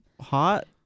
hot